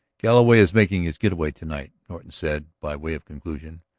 galloway is making his getaway to-night, norton said by way of conclusion.